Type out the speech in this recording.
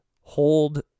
hold